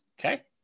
Okay